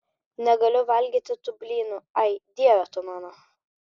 negaliu valgyti tų blynų ai dieve tu mano